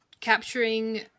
capturing